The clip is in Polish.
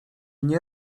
nie